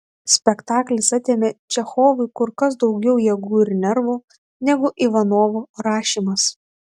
spektaklis atėmė čechovui kur kas daugiau jėgų ir nervų negu ivanovo rašymas